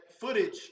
footage